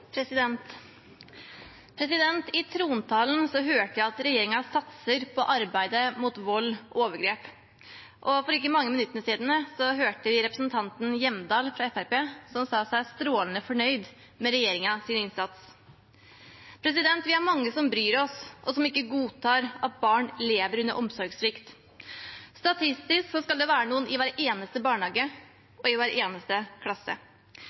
overgrep, og for ikke mange minuttene siden hørte vi representanten Hjemdal fra Fremskrittspartiet, som sa seg strålende fornøyd med regjeringens innsats. Vi er mange som bryr oss, og som ikke godtar at barn lever under omsorgssvikt. Statistisk skal det være noen i hver eneste barnehage og i hver eneste klasse.